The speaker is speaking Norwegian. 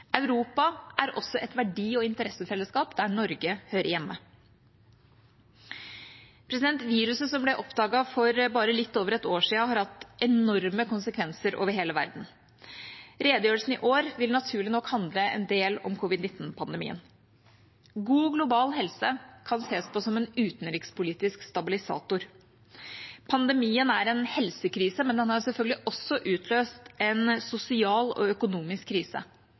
Europa er også et verdi- og interessefellesskap der Norge hører hjemme. Viruset som ble oppdaget for bare litt over et år siden, har hatt enorme konsekvenser over hele verden. Redegjørelsen i år vil naturlig nok handle en del om covid-19-pandemien. God global helse kan sees på som en utenrikspolitisk stabilisator. Pandemien er en helsekrise, men den har selvfølgelig også utløst en sosial og økonomisk krise.